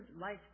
life